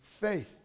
faith